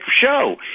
show